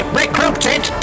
recruited